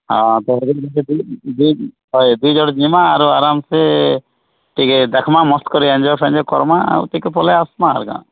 ହଁ ତାପରେ ହଏ ଦୁଇ ଜଣ ଜିମା ଆରୁ ଆରମ୍ ସେ ଟିକେ ଦେଖ୍ମା ମସ୍ତ କରି ଏଞ୍ଜୟ ଫେଞ୍ଜୟ କର୍ମା ଆଉ ଟିକେ ପରେ ଆସ୍ମା ଆଉ କ'ଣ